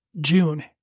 june